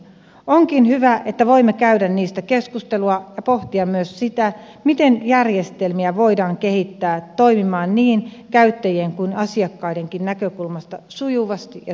onkin hyvä että voimme käydä niistä keskustelua ja pohtia myös sitä miten järjestelmiä voidaan kehittää toimimaan niin käyttäjien kuin asiakkaidenkin näkökulmasta sujuvasti ja turvallisesti